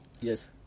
yes